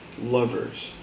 lovers